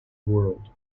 world